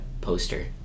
poster